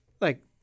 Like-